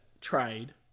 trade